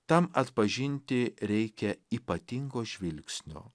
tam atpažinti reikia ypatingo žvilgsnio